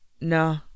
No